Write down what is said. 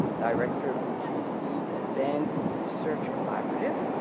director of the gc's advanced research collaborative,